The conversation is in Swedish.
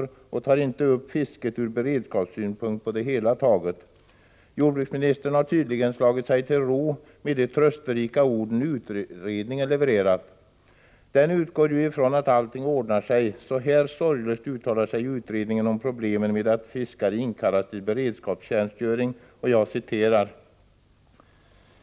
Man har på det hela taget inte tagit upp fisket från beredskapssynpunkt. Jordbruksministern har tydligen slagit sig till ro med de trösterika ord utredningen levererat. Den utgår ju ifrån att allting ordnar sig. Så här sorglöst uttalar sig utredningen om problemen i samband med att fiskare inkallas till beredskapstjänstgöring. Jag citerar.